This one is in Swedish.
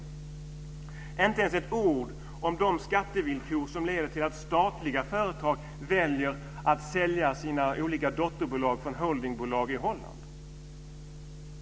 Det nämns inte ett ord om de skattevillkor som leder till att statliga företag väljer att sälja olika dotterbolag till holdingbolag i Holland.